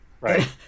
Right